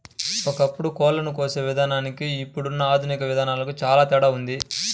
ఒకప్పుడు కోళ్ళను కోసే విధానానికి ఇప్పుడున్న ఆధునిక విధానాలకు చానా తేడా ఉంది